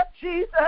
Jesus